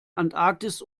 antarktis